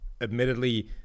Admittedly